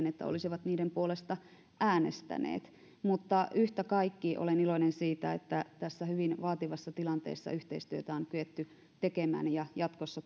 että olisivat niiden puolesta äänestäneet mutta yhtä kaikki olen iloinen siitä että tässä hyvin vaativassa tilanteessa yhteistyötä on kyetty tekemään jatkossa